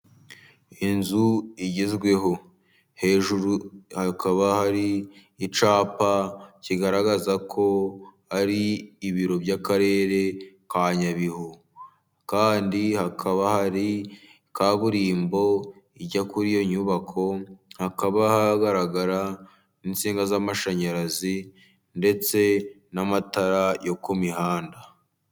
Inzu igezweho. Hejuru hakaba hari icyapa kigaragaza ko ari ibiro by'akarere ka Nyabihu. Kandi hakaba hari kaburimbo ijya kuri iyo nyubako, hakaba hagaragara n'insinga z'amashanyarazi, ndetse n'amatara yo ku mihanda.